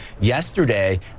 yesterday